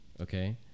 Okay